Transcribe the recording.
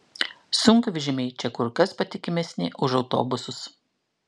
sunkvežimiai čia kur kas patikimesni už autobusus